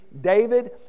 David